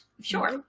Sure